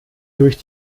durch